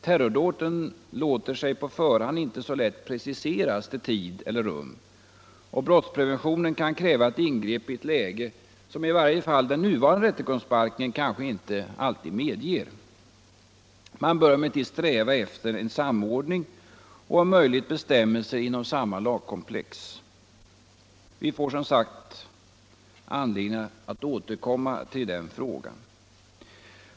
Terrordåden låter sig på förhand inte så lätt preciseras i tid eller rum, och brottspreventionen kan kräva ett ingrepp i ett läge, som i varje fall den nuvarande rättegångsbalken kanske inte alltid medger. Man bör emellertid sträva efter en samordning och om möjligt bestämmelser inom samma lagkomplex. Vi får, som sagt, anledning att återkomma till denna fråga.